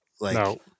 No